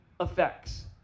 effects